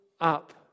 up